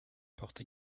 porte